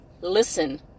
listen